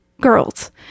girls